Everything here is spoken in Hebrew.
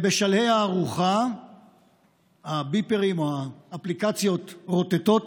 בשלהי הארוחה הביפרים, או האפליקציות רוטטות,